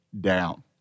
down